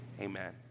Amen